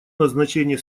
назначение